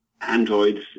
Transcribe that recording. androids